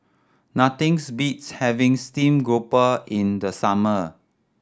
nothings beats having stream grouper in the summer